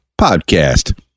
podcast